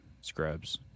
Scrubs